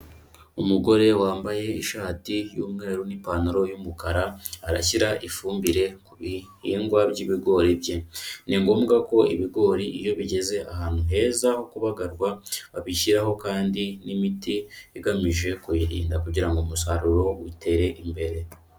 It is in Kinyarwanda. Umugore wambaye ishati y'umweru n'ipantaro y'umukara arashyira ifumbire ku bihingwa by'ibigori bye, ni ngombwa ko ibigori iyo bigeze ahantu heza ho kubagarwa babishyiraho kandi n'imiti igamije kuyirinda kugira ngo umusaruro utere imbere.